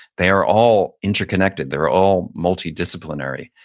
they are all interconnected. they're all multidisciplinary.